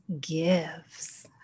Gives